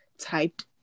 typed